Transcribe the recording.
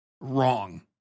wrong